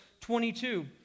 22